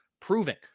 Proving